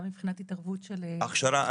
גם מבחינת התערבות -- הכשרה,